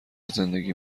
زندگی